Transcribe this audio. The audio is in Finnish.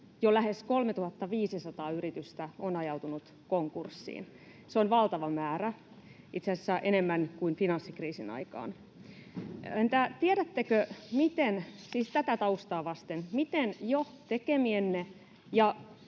jo lähes 3 500 yritystä on ajautunut konkurssiin. Se on valtava määrä — itse asiassa enemmän kuin finanssikriisin aikaan. Entä tiedättekö, miten — siis tätä taustaa vasten — jo tekemienne